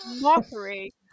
mockery